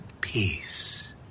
Peace